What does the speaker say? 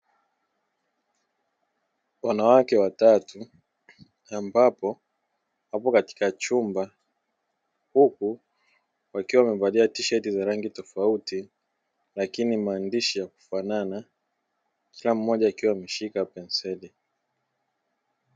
Wanawake watatu ambapo wapo katika chumba, huku wakiwa wamevalia tisheti za rangi tofauti lakini maandishi yakufanana; kila mmoja akiwa ameshika penseli.